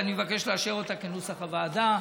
ואני מבקש לאשר אותה כנוסח הוועדה.